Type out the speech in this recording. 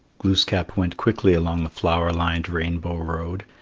glooskap went quickly along the flower-lined rainbow road,